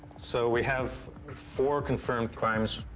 so we have four confirmed crimes,